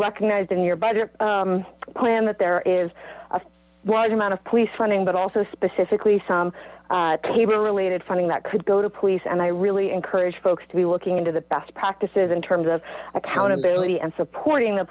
recognized in your budget plan that there is a large amount of police funding but also specifically some table related funding that could go to police and i really encourage folks to be looking into the best practices in terms of accountability and supporting